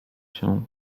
się